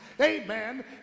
amen